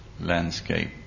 landscape